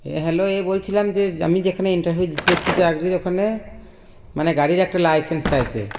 এ hello এ বলছিলাম যে আমি যেখানে ইন্টারভিউ দিতে এসেছি চাকরির ওখানে মানে গাড়ির একটা লাইসেন্স চাইছে